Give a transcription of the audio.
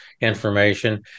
information